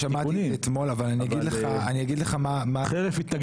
שמעתי אותו אתמול אבל אני אגיד לך מה העניין.